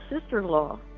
sister-in-law